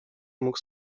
mógł